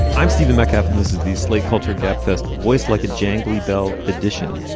i'm stephen metcalf and this is the slate culture gabfest voice like a jangly bell edition.